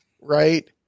right